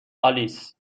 آلیس